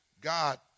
God